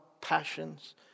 passions